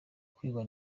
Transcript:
kwigwa